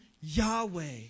Yahweh